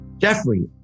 Jeffrey